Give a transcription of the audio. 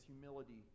humility